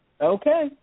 Okay